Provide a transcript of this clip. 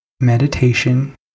Meditation